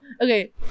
Okay